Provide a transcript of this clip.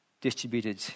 distributed